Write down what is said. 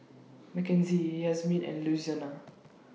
Makenzie Yazmin and Louisiana